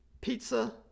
pizza